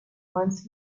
wines